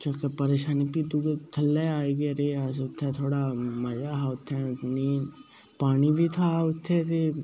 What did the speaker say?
परेशानी ही ते फ्ही थल्लै आइयै रेह् अस थोह्ड़ा मज़ा हा उत्थें नीं पानी बी था उत्थें ते